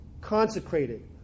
consecrated